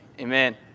Amen